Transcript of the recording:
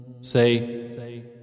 Say